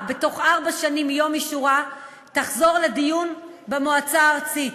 בתוך ארבע שנים מיום אישורה תחזור לדיון במועצה הארצית,